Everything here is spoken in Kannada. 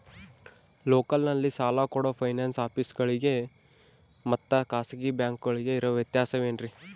ಲೋಕಲ್ನಲ್ಲಿ ಸಾಲ ಕೊಡೋ ಫೈನಾನ್ಸ್ ಆಫೇಸುಗಳಿಗೆ ಮತ್ತಾ ಖಾಸಗಿ ಬ್ಯಾಂಕುಗಳಿಗೆ ಇರೋ ವ್ಯತ್ಯಾಸವೇನ್ರಿ?